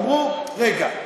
הם אמרו: רגע,